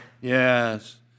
Yes